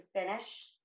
finish